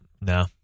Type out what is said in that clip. No